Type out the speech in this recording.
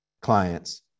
clients